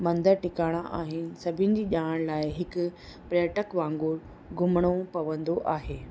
मंदर टिकाणा आहिनि सभिनी जी ॼाण लाइ हिकु पर्यटक वांगुरु घुमिणो पवंदो आहे